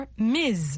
Ms